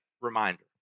reminder